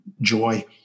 joy